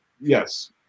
yes